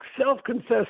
self-confessed